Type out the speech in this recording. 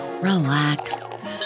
relax